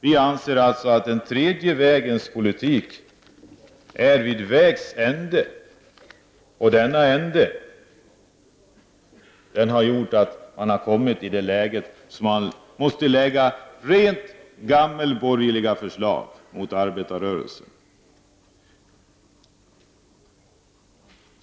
Vi anser alltså att den tredje vägens politik har kommit till vägs ände, och denna ände har gjort att man har kommit i det läget att regeringen måste framlägga rent gammalborgerliga förslag riktade mot arbetarrörelsen.